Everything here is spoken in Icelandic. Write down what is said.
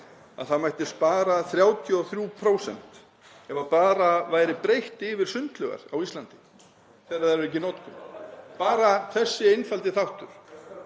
að það mætti spara 33% ef bara væri breitt yfir sundlaugar á Íslandi þegar þær eru ekki í notkun, bara þessi einfaldi þáttur.